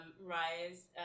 Rise